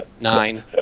nine